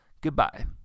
Goodbye